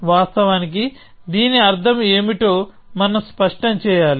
వాస్తవానికి దీని అర్థం ఏమిటో మనం స్పష్టం చేయాలి